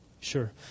Sure